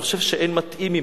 ואני חושב שאין מתאים ממנו,